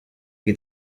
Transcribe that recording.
get